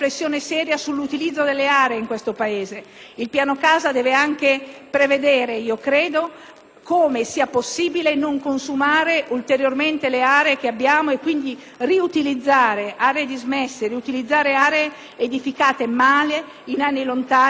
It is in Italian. modo per non consumare ulteriormente le aree che abbiamo e quindi riutilizzare aree dismesse e mal edificate in anni lontani ed oggi non più utilizzabili in modo serio ai fini residenziali. Vuol dire affrontare